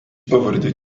pavardė